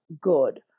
good